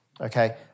okay